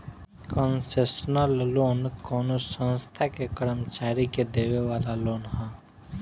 concessional loan कवनो संस्था के कर्मचारी के देवे वाला लोन ह